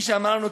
כפי שאמרנו,